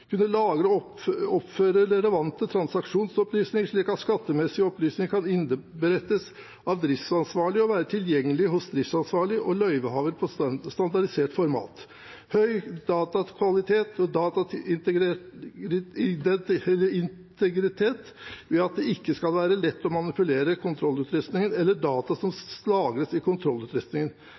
Kunne lagre og overføre relevante transaksjonsopplysninger, slik at skattemessige opplysninger kan innberettes av driftsansvarlig og være tilgjengelig hos driftsansvarlig og løyvehaver på standardisert format Høy datakvalitet og dataintegritet ved at det ikke skal være lett å manipulere kontrollutrustningen eller data som lagres i